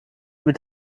mit